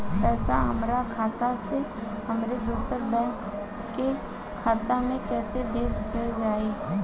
पैसा हमरा खाता से हमारे दोसर बैंक के खाता मे कैसे भेजल जायी?